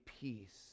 peace